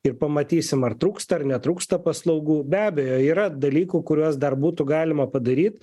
ir pamatysim ar trūksta ar netrūksta paslaugų be abejo yra dalykų kuriuos dar būtų galima padaryt